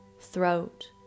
throat